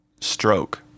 Stroke